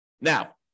Now